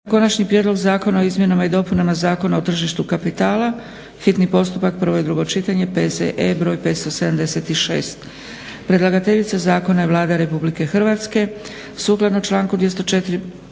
Konačni prijedlog zakona o izmjenama i dopunama Zakona o tržištu kapitala, hitni postupak, prvo i drugo čitanje, P.Z.E. br. 576; Predlagateljica zakona je Vlada Republike Hrvatske. Sukladno članku 204.